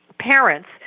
parents